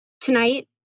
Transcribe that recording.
tonight